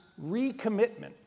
recommitment